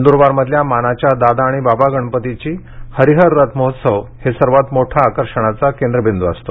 नंद्रबार मधल्या मानाच्या दादा आणि बाबा गणपतीची हरीहर रथ महोत्सव ही सर्वात मोठे आकर्षणाचे केंद्रबिद् असते